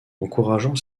encourageant